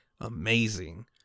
Amazing